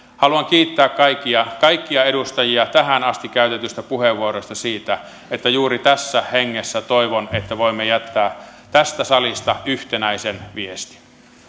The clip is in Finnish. haluan kiittää kaikkia kaikkia edustajia tähän asti käytetyistä puheenvuoroista ja juuri tässä hengessä toivon että voimme jättää tästä salista yhtenäisen viestin